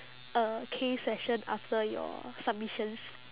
uh K session after your submissions